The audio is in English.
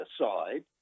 aside